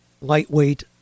lightweight